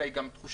אלא היא גם תחושה